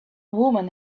woman